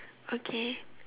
okay